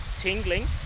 tingling